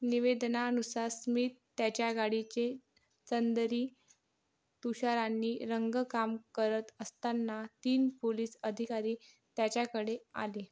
निवेदनानुसार Smith त्याच्या गाडीचे चंदेरी तुषारांनी रंगकाम करत असताना तीन पोलिस अधिकारी त्याच्याकडे आले